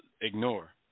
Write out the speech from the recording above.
ignore